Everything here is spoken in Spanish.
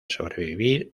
sobrevivir